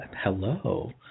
Hello